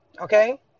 okay